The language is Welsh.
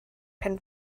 pen